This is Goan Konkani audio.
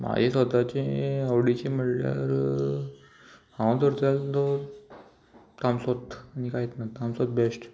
म्हाज्या स्वताचें आवडीचे म्हणल्यार हांव धरतां तो तामसोच आनी कांयत ना तामसोत बेश्ट